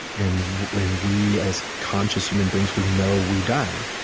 and when we as conscious human beings, we know we die,